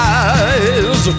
eyes